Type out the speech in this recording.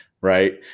right